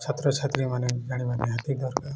ଛାତ୍ରଛାତ୍ରୀମାନେ ଜାଣିବା ନିହାତି ଦରକାର